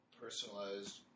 personalized